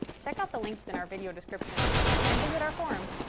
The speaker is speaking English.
check out the links in our video description and visit our forum.